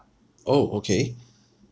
orh okay